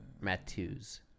Matthews